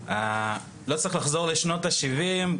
לא צריך לחזור לשנות ה-70',